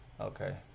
okay